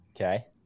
Okay